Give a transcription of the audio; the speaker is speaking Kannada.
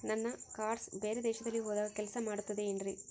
ನನ್ನ ಕಾರ್ಡ್ಸ್ ಬೇರೆ ದೇಶದಲ್ಲಿ ಹೋದಾಗ ಕೆಲಸ ಮಾಡುತ್ತದೆ ಏನ್ರಿ?